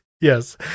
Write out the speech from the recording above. yes